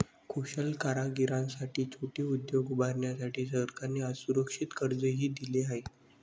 कुशल कारागिरांसाठी छोटे उद्योग उभारण्यासाठी सरकारने असुरक्षित कर्जही दिले आहे